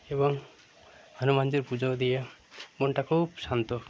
এবং হনুমানজির পুজো দিয়ে মনটা খুব শান্ত